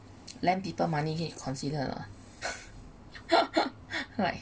lend people money can consider like